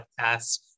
podcast